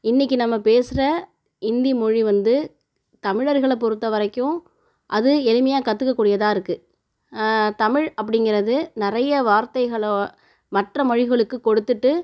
இன்னிக்கு நம்ம பேசுகிற இந்தி மொழி வந்து தமிழ்ர்களைப் பொறுத்தவரைக்கும் அது எளிமையாக கற்றுக்கக்கூடியதா இருக்கு தமிழ் அப்படிங்கிறது நிறைய வார்த்தைகளோ மற்ற மொழிகளுக்குக் கொடுத்துகிட்டு